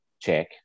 check